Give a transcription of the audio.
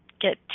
get